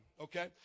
Okay